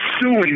suing